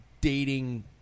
dating